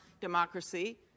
democracy